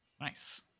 Nice